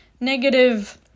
negative